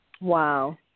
Wow